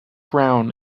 brown